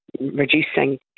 reducing